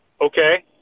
okay